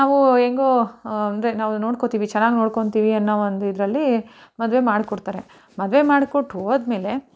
ನಾವು ಹೆಂಗೋ ಅಂದರೆ ನಾವು ನೋಡ್ಕೊತೀವಿ ಚೆನ್ನಾಗಿ ನೋಡ್ಕೊತೀವಿ ಅನ್ನೋ ಒಂದು ಇದರಲ್ಲಿ ಮದುವೆ ಮಾಡಿಕೊಡ್ತರೆ ಮದುವೆ ಮಾಡಿ ಕೊಟ್ಟು ಹೋದಮೇಲೆ